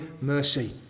mercy